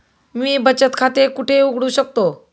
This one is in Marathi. मी बचत खाते कुठे उघडू शकतो?